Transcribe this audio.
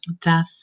death